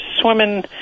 swimming